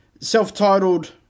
self-titled